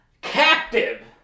captive